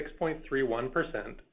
6.31%